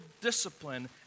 discipline